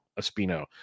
Espino